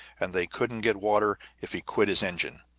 and they couldn't get water if he quit his engine.